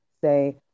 say